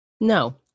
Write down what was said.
No